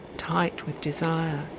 tight with desire.